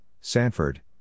Sanford